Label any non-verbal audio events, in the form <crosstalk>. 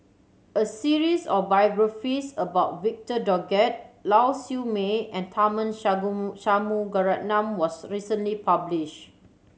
a series of biographies about Victor Doggett Lau Siew Mei and Tharman <unintelligible> Shanmugaratnam was recently publish